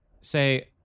say